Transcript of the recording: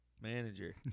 Manager